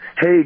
Hey